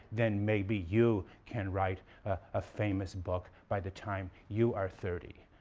then maybe you can write a famous book by the time you are thirty.